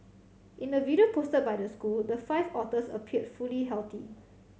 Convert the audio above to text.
in a video posted by the school the five otters appeared fully healthy